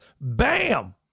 Bam